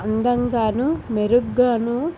అందంగాను మెరుగ్గాను